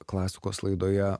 klasikos laidoje